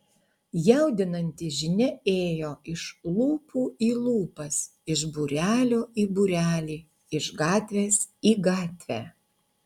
jaudinanti žinia ėjo iš lūpų į lūpas iš būrelio į būrelį iš gatvės į gatvę